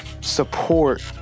support